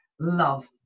love